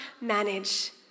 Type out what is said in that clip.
manage